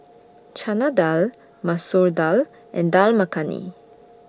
Chana Dal Masoor Dal and Dal Makhani